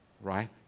right